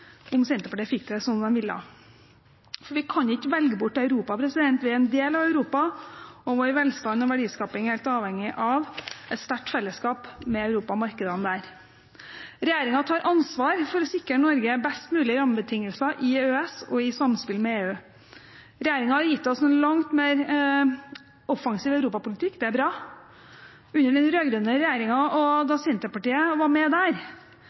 om Senterpartiet fikk det som de ville, for vi kan ikke velge bort Europa; vi er en del av Europa, og vår velstand og verdiskaping er helt avhengig av et sterkt fellesskap med Europa og markedene der. Regjeringen tar ansvar for å sikre Norge best mulige rammebetingelser i EØS, i samspill med EU. Regjeringen har gitt oss en langt mer offensiv europapolitikk, det er bra. Under den rød-grønne regjeringen, som Senterpartiet var del av, var vel ikke prioriteringen av og samarbeidet med